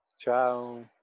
Ciao